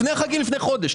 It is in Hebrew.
לפני החגים, לפני חודש.